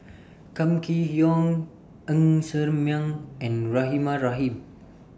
Kam Kee Yong Ng Ser Miang and Rahimah Rahim